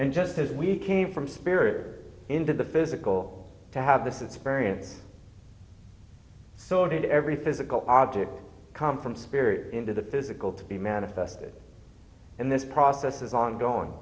and just as we came from spirit into the physical to have this experience so did every physical object come from spirit into the physical to be manifested in this process is ongoing